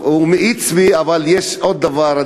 טוב, הוא מאיץ בי אבל יש עוד דבר.